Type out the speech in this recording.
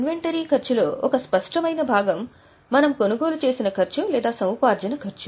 inventory ఖర్చు లో ఒక స్పష్టమైన భాగం మనం కొనుగోలు చేసిన ఖర్చు లేదా సముపార్జన ఖర్చు